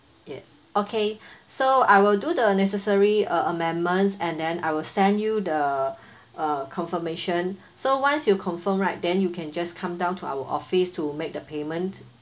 yes okay so I will do the necessary amendments and then I will send you the uh confirmation so once you confirm right then you can just come down to our office to make the payment